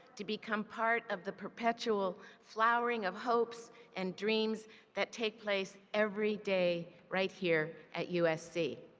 to become part of the perpetual flowering of hopes and dreams that take place every day right here at usc.